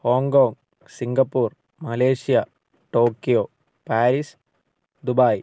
Hong Kong Singapore Malaysia Tokyo Paris Dubai